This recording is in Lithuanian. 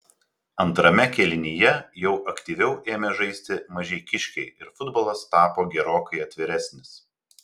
antrame kėlinyje jau aktyviau ėmė žaisti mažeikiškiai ir futbolas tapo gerokai atviresnis